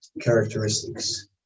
characteristics